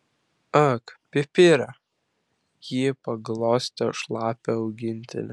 ak pipire ji paglostė šlapią augintinį